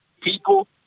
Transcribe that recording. people